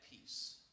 peace